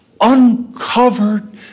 uncovered